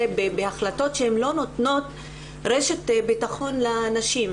בהחלטות שלא נותנות רשת ביטחון לנשים.